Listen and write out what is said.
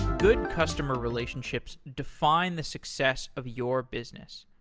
good customer relationships define the success of your business.